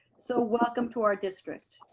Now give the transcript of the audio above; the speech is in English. so welcome to our district.